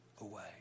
away